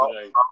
today